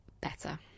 better